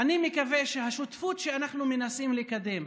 אני מקווה שהשותפות שאנחנו מנסים לקדם,